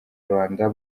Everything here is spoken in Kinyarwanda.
rwanda